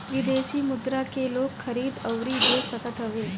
विदेशी मुद्रा के लोग खरीद अउरी बेच सकत हवे